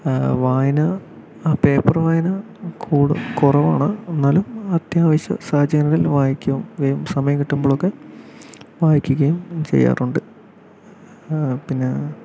വായന പേപ്പർ വായന കൂടു കുറവാണ് എന്നാലും അത്യാവശ്യം സാഹചര്യങ്ങളിൽ വായിക്കും സമയം കിട്ടുമ്പോളൊക്കെ വായിക്കുകയും ചെയ്യാറുണ്ട് പിന്നെ